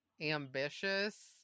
ambitious